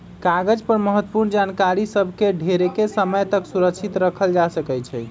कागज पर महत्वपूर्ण जानकारि सभ के ढेरेके समय तक सुरक्षित राखल जा सकै छइ